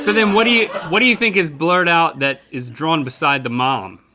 so then what do you what do you think is blurred out, that is drawn beside the mom?